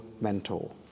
mentor